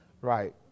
Right